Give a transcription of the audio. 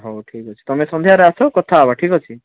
ହଉ ଠିକ୍ ଅଛି ତୁମେ ସନ୍ଦ୍ୟାରେ ଆସ କଥା ହେବା ଠିକ୍ ଅଛି